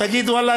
תגיד: ואללה,